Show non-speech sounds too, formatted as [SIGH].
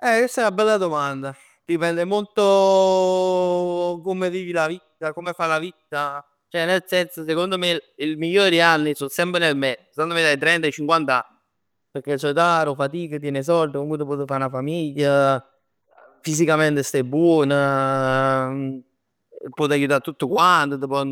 Eh chest è 'na bella domanda, dipende molto [HESITATION] come vivi la vita, da come fai la vita, ceh nel senso secondo me, i migliori anni song semp nel mezzo, secondo me dai trenta ai cinquant'anni. Pecchè sò età arò fatic, tien 'e sord comunque t' puoj fa 'na famiglia. Fisicamente staj buon [HESITATION] puoj aiutà a tutt quant, t' pò [HESITATION]